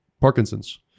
Parkinson's